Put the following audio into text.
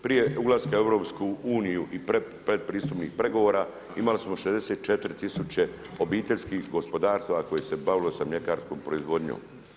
Prije ulaska u EU i pred pristupnih pregovora, imali smo 64 000 obiteljskih gospodarstava kojih se bavilo sa mljekarskom proizvodnjom.